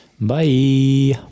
Bye